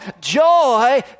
Joy